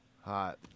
hot